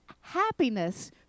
happiness